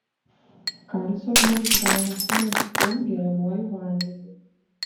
kalcio žmogus gauna su maistu geriamuoju vandeniu